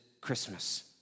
Christmas